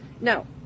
No